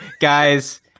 Guys